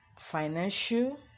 financial